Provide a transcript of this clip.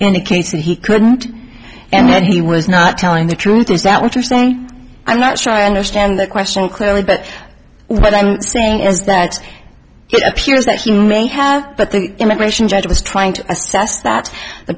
indicates that he couldn't and that he was not telling the truth is that what you're saying i'm not sure i understand the question clearly but what i'm saying is that it appears that he may have but the immigration judge was trying to assess that the